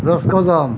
রসকদম